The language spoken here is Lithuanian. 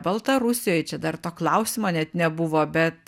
baltarusijoj čia dar to klausimo net nebuvo bet